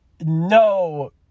no